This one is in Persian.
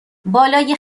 بالای